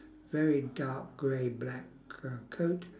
very dark grey black uh coat